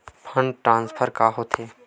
Fund transfer का होथे?